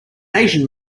asian